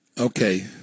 Okay